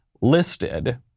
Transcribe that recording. listed